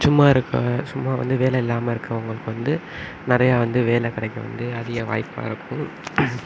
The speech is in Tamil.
சும்மா இருக்க சும்மா வந்து வேலை இல்லாமல் இருக்கவங்களுக்கு வந்து நிறையா வந்து வேலை கிடைக்க வந்து அதிக வாய்ப்பாக இருக்கும்